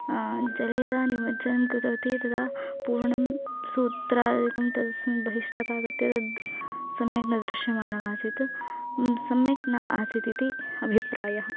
जले यदा निमज्जनं कृतवती तदा पूर्णं सूत्रादिकं तस्मिन् बहिरागत्य तत् सम्यक् न दृश्यमाणमासीत् सम्यक् न आसीत् इति अभिप्रायः